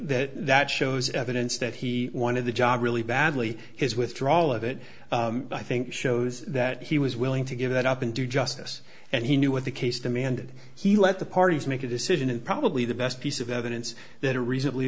that that shows evidence that he wanted the job really badly his withdraw all of it i think shows that he was willing to give it up and do justice and he knew what the case demanded he let the parties make a decision and probably the best piece of evidence that a re